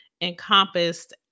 encompassed